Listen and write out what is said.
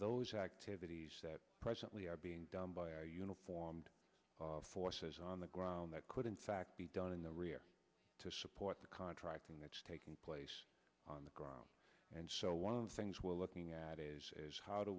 those activities presently are being done by armed forces on the ground that could in fact be done in the rear to support the contracting that's taking place on the ground and so one of the things we're looking at is how do